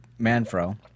Manfro